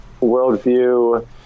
worldview